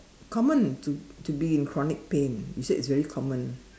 common to to be in chronic pain you said it's very common